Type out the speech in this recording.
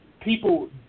people